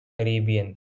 Caribbean